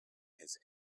his